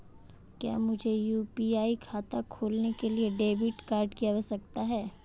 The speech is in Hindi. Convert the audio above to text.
क्या मुझे यू.पी.आई खाता खोलने के लिए डेबिट कार्ड की आवश्यकता है?